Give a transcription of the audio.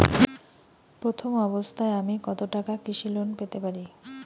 প্রথম অবস্থায় আমি কত টাকা কৃষি লোন পেতে পারি?